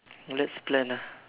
let's plan ah